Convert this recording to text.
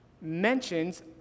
mentions